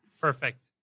perfect